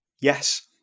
yes